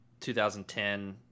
2010